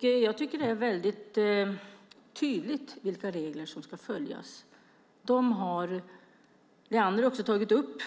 Jag tycker att det är väldigt tydligt vilka regler som ska följas. Dem har Leander också tagit upp.